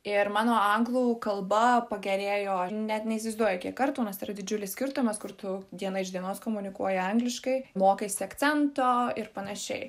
ir mano anglų kalba pagerėjo net neįsivaizduoji kiek kartų nes tai yra didžiulis skirtumas kur tu diena iš dienos komunikuoji angliškai mokaisi akcento ir panašiai